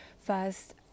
first